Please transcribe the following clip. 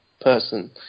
person